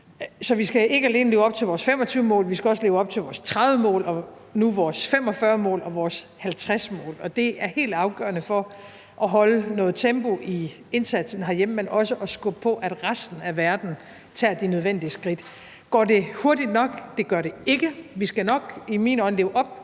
Så vi skal ikke alene leve op til vores 2025-mål, for vi skal også leve op til vores 2030-mål og nu vores 2045-mål og vores 2050-mål. Det er helt afgørende for at holde noget tempo i indsatsen herhjemme, men også for at skubbe på for, at resten af verden tager de nødvendige skridt. Går det hurtigt nok? Det gør det ikke. Vi skal nok, set med mine